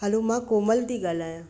hello मां कोमल थी ॻाल्हायां